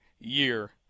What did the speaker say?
year